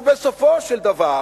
ובסופו של דבר